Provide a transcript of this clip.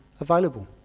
available